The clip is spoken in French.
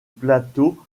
plateau